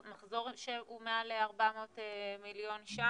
מחזור שהוא מעל 400 מיליון ₪